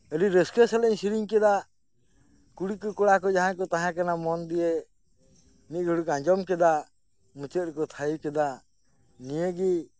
ᱟᱰᱤ ᱨᱟᱹᱥᱠᱟᱹ ᱥᱟᱞᱟᱜ ᱤᱧ ᱥᱮᱨᱮᱧ ᱠᱮᱫᱟ ᱠᱩᱲᱤ ᱠᱚ ᱠᱚᱲᱚ ᱠᱚ ᱡᱟᱦᱟᱸᱭ ᱠᱚ ᱛᱟᱦᱮᱸᱠᱟᱱᱟ ᱢᱚᱱ ᱫᱤᱭᱮ ᱢᱤᱜ ᱜᱷᱟᱲᱤᱜ ᱠᱚ ᱟᱸᱡᱚᱢ ᱠᱮᱫᱟ ᱢᱩᱪᱟᱹᱫ ᱨᱮᱠᱚ ᱛᱷᱟᱭᱚ ᱠᱮᱫᱟ ᱱᱤᱭᱟᱹᱜᱮ